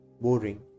boring